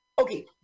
okay